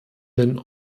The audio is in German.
den